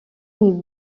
une